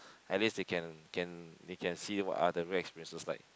at least they can can they can see what are the real experiences like